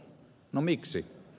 no miksi